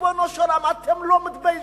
ריבונו של עולם, אתם לא מתביישים?